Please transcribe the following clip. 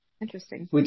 Interesting